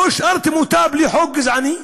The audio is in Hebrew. לא השארתם אותו בלי חוק גזעני?